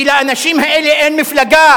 כי לאנשים האלה אין מפלגה.